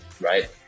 right